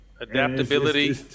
Adaptability